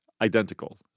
identical